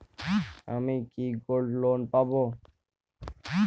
আমি কি gold loan পাবো?